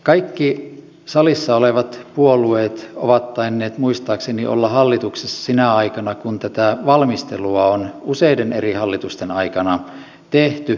kaikki salissa olevat puolueet ovat tainneet muistaakseni olla hallituksessa sinä aikana kun tätä valmistelua on useiden eri hallitusten aikana tehty